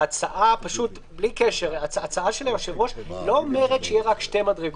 ההצעה של היושב-ראש לא אומרת שיהיו רק שתי מדרגות,